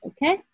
Okay